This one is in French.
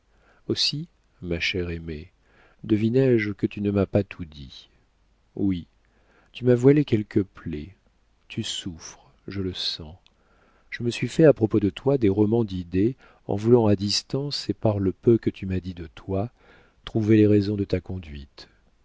aussi ma chère aimée deviné je que tu ne m'as pas tout dit oui tu m'as voilé quelques plaies tu souffres je le sens je me suis fait à propos de toi des romans d'idées en voulant à distance et par le peu que tu m'as dit de toi trouver les raisons de ta conduite